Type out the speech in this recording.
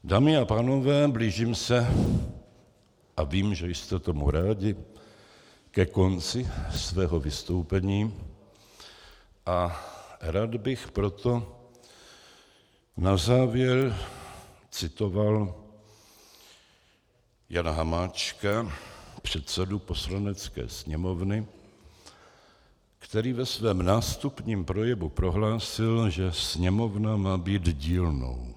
Dámy a pánové, blížím se, a vím, že jste tomu rádi, ke konci svého vystoupení, a rád bych proto na závěr citoval Jana Hamáčka, předsedu Poslanecké sněmovny, který ve svém nástupním projevu prohlásil, že Sněmovna má být dílnou.